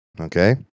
Okay